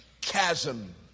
chasm